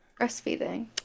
Breastfeeding